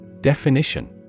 Definition